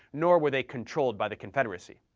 nor were they controlled by the confederacy.